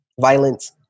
violence